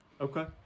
Okay